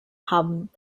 haben